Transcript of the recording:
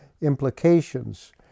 implications